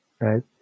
Right